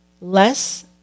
Less